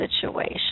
situation